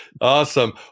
Awesome